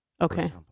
Okay